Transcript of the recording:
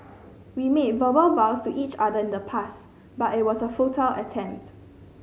we made verbal vows to each other in the past but it was a futile attempt